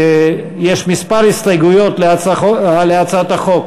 יש כמה הסתייגויות להצעת החוק.